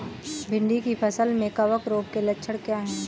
भिंडी की फसल में कवक रोग के लक्षण क्या है?